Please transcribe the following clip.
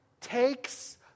takes